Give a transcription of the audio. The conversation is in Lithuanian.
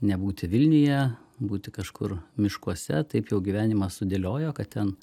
nebūti vilniuje būti kažkur miškuose taip jau gyvenimas sudėliojo kad ten